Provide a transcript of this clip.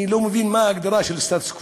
אני לא מבין מה ההגדרה של סטטוס-קוו,